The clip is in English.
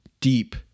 deep